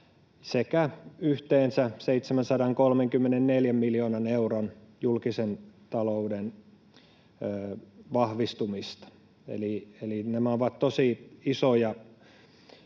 sekä yhteensä 734 miljoonan euron julkisen talouden vahvistumista. Eli nämä ovat tosi isoja